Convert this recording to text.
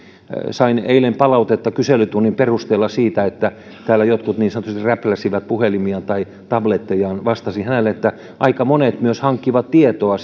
sain eilen palautetta kyselytunnin perusteella siitä että täällä jotkut niin sanotusti räpläsivät puhelimiaan tai tablettejaan vastasin hänelle että aika monet myös hankkivat tietoa